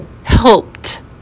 helped